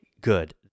good